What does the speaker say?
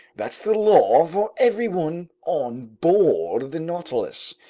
that's the law for everyone on board the nautilus.